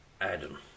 Adam